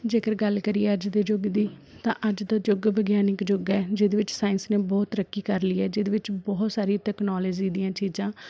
ਜੇਕਰ ਗੱਲ ਕਰੀਏ ਅੱਜ ਦੇ ਯੁੱਗ ਦੀ ਤਾਂ ਅੱਜ ਦਾ ਯੁੱਗ ਵਿਗਿਆਨਿਕ ਯੁੱਗ ਹੈ ਜਿਹਦੇ ਵਿੱਚ ਸਾਇੰਸ ਨੇ ਬਹੁਤ ਤਰੱਕੀ ਕਰ ਲਈ ਹੈ ਜਿਹਦੇ ਵਿੱਚ ਬਹੁਤ ਸਾਰੀ ਤਕਨੋਲਜੀ ਦੀਆਂ ਚੀਜ਼ਾਂ